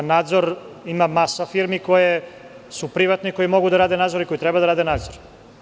Ima masa firmi koje su privatne i koje mogu da rade nadzor i koje treba da rade nadzor.